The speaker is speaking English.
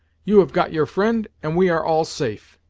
you have got your friend, and we are all safe!